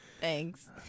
Thanks